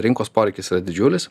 rinkos poreikis yra didžiulis